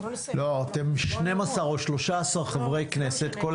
אתם 13-12 חברי כנסת כאן,